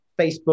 Facebook